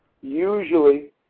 Usually